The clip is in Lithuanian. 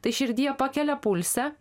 tai širdyje pakelia pulsą